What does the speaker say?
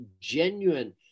genuine